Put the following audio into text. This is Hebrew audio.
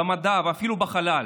במדע ואפילו בחלל,